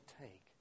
take